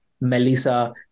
Melissa